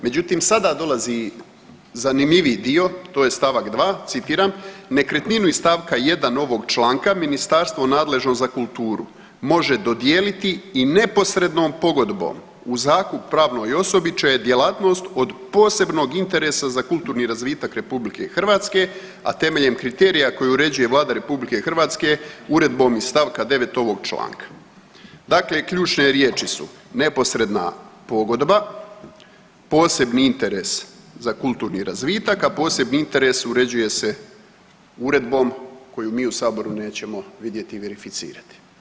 Međutim, sada dolazi zanimljiviji dio, to je stavak 2. citiram, nekretninu iz stavka 1. ovog članka ministarstvo nadležno za kulturu može dodijeliti i neposrednom pogodbom u zakup pravnoj osobi čija je djelatnost od posebnog interesa za kulturni razvitak RH, a temeljem kriterija koje uređuje Vlada RH uredbom iz stavka 9. ovog članka dakle ključne riječi su „neposredna pogodba“, „posebni interes za kulturni razvitak“, a posebni interes uređuje se uredbom koju mi u saboru nećemo vidjeti i verificirati.